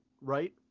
Right